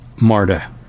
Marta